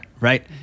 right